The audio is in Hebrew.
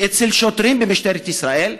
שאצל שוטרים במשטרת ישראל,